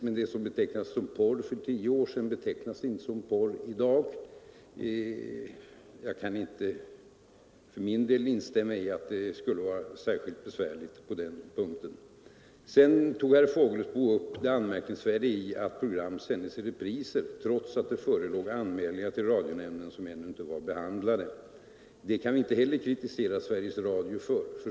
Men det som betecknades som porr för tio år sedan betecknas inte som porr i dag. Jag kan inte instämma i att det skulle vara särskilt besvärligt på den punkten. Herr Fågelsbo tog upp det anmärkningsvärda i att program sändes i repriser trots att det förelåg anmärkningar till radionämnden som ännu inte var behandlade. Det kan vi inte heller kritisera Sveriges Radio för.